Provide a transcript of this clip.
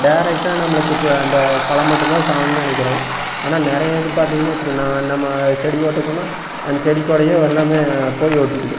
டேரக்ட்டாக நம்மளுக்கு இப்போ அந்த களை மட்டும்தா சாகணுனு நினைக்குறோம் ஆனால் நிறைய இது பார்த்திங்கன்னா வச்சுக்கு நாம் நம்ம செடி போட்டிருக்கோனா அந்த செடி கூடயும் எல்லாமே போய் ஒட்டிக்குது